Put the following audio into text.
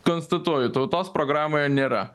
konstatuoju tautos programoje nėra